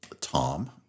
Tom